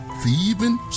thieving